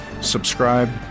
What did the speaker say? subscribe